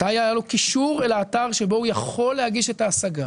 מתי היה לו קישור אל האתר שבו הוא יכול להגיש את ההשגה.